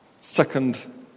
second